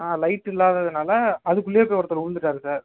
ஆ light இல்லாததுனால அதற்குள்ளே போய் ஒருத்தர் விழுந்துட்டாரு சார்